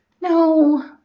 No